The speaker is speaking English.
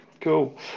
cool